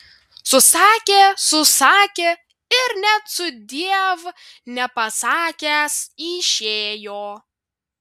susakė susakė ir net sudiev nepasakęs išėjo